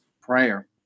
Prayer